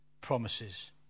promises